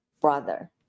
brother